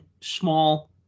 small